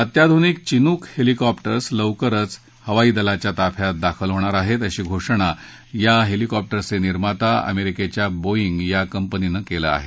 अत्याधुनिक Chinook helicopters लवकरच हवाई दलाच्या ताफ्यात दाखल होणार आहेत अशी घोषणा या हेलिकॉप्टर्सचे निर्माता अमेरिकेच्या बोईंग या कंपीननं केलं आहे